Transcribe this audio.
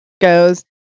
goes